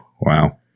Wow